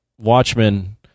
Watchmen